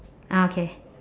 ah okay